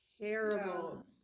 terrible